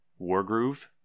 Wargroove